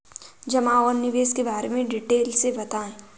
जमा और निवेश के बारे में डिटेल से बताएँ?